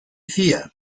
cía